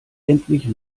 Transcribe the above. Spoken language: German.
endlich